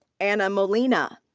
ana molina.